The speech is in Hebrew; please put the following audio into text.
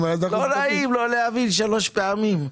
לא נעים לא להבין שלוש פעמים,